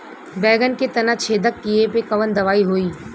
बैगन के तना छेदक कियेपे कवन दवाई होई?